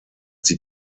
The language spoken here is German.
sie